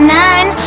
nine